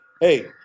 hey